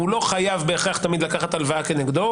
הוא לא בהכרח חייב תמיד לקחת הלוואה כנגדו,